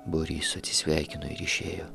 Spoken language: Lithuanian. būrys atsisveikino ir išėjo